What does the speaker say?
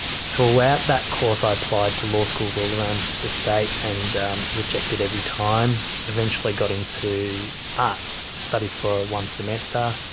throughout that course i applied to law schools all around the state, and rejected every time, eventually got into arts, studied for one semester,